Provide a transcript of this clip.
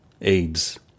AIDS